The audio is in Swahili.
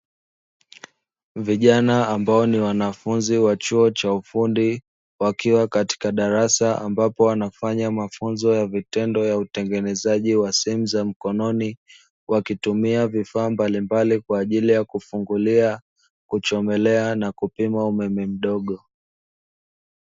Vijana ambao ni wanafunzi wa chuo cha ufundi, wakiwa katika darasa ambapo wanafanya mafunzo ya vitendo ya utengenezaji wa simu za mkononi za wakitumia vifaa mbalimbali kwa ajili ya kufungulia, kuchomelea na kupima umeme mdogo.